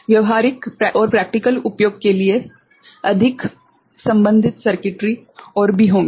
व्यावहारिक उपयोग के लिए अधिक संबद्ध सर्किटरी और भी होंगे